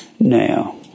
Now